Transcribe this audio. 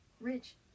rich